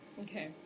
Okay